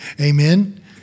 Amen